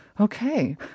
Okay